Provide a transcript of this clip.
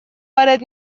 وارد